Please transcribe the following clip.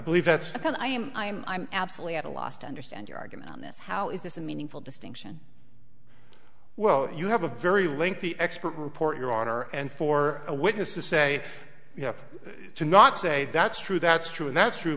believe that's because i am i'm i'm absolutely at a loss to understand your argument on this how is this a meaningful distinction well you have a very lengthy expert report your honor and for a witness to say you have to not say that's true that's true that's true